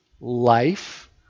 life